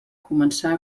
començar